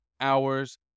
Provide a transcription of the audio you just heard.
hours